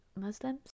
Muslims